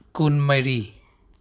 ꯀꯨꯟ ꯃꯔꯤ